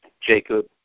Jacob